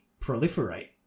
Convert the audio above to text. proliferate